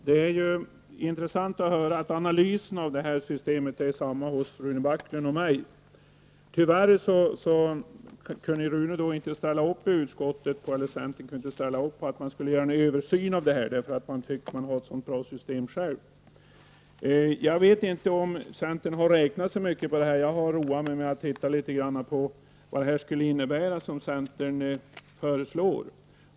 Herr talman! Det är ju intressant att höra att analysen av systemet är densamma hos Rune Backlund och mig. Tyvärr kunde centern i utskottet inte ställa upp på att man skulle göra en översyn av detta. Man tycker väl att man har ett så bra system själv. Jag vet inte om centern har räknat på det här. Jag har roat mig med att titta litet på vad centerns förslag skulle innebära.